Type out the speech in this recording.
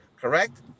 Correct